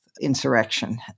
Insurrection